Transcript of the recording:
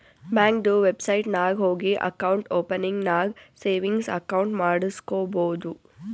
ಬ್ಯಾಂಕ್ದು ವೆಬ್ಸೈಟ್ ನಾಗ್ ಹೋಗಿ ಅಕೌಂಟ್ ಓಪನಿಂಗ್ ನಾಗ್ ಸೇವಿಂಗ್ಸ್ ಅಕೌಂಟ್ ಮಾಡುಸ್ಕೊಬೋದು